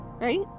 right